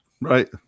right